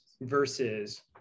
versus